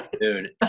Dude